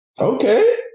Okay